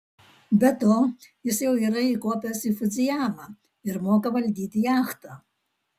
be to jis jau yra įkopęs į fudzijamą ir moka valdyti jachtą